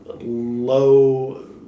low